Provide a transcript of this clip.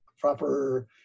proper